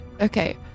Okay